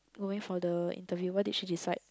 going for the interview what that she decide